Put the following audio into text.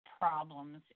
problems